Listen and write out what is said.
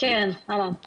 מה את